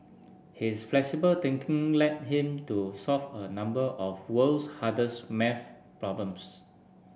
his flexible thinking led him to solve a number of world's hardest maths problems